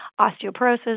osteoporosis